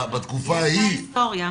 היא עשתה היסטוריה.